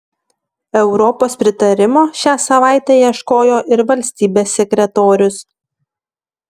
europos pritarimo šią savaitę ieškojo ir valstybės sekretorius